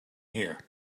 here